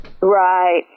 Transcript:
Right